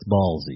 ballsy